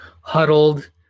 huddled